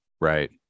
Right